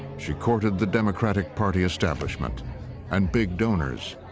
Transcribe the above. she courted the democratic party establishment and big donors,